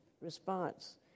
response